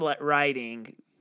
writing